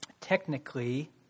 technically